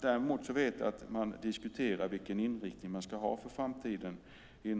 Däremot vet jag att man i Regeringskansliet diskuterar vilken inriktning man ska ha för framtiden.